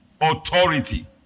authority